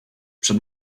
przed